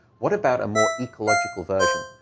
what about a more ecological version?